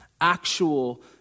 actual